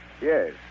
Yes